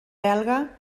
belga